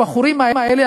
הבחורים האלה,